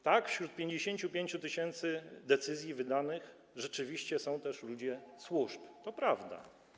Tak, wśród 55 tys. decyzji wydanych rzeczywiście są też ludzie służb, to prawda.